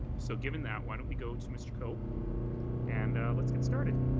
so given that why don't we go to mr. cope and let's get started.